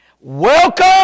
Welcome